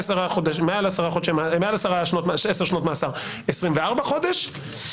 מעל עשר שנות מאסר 24 חודשים,